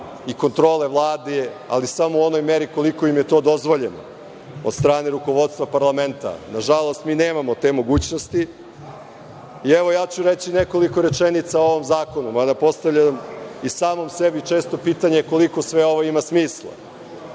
i kontrole Vlade, ali samo u onoj meri koliko im je to dozvoljeno od strane rukovodstva parlamenta. Nažalost, mi nemamo te mogućnosti. Reći ću nekoliko rečenica i o ovom zakonu, mada, i samom sebi često postavljam pitanje – koliko sve ovo ima smisla